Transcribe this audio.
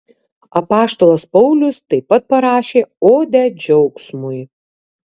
apaštalas paulius taip pat parašė odę džiaugsmui